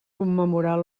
commemorar